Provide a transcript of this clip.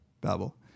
babel